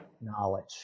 knowledge